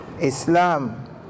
Islam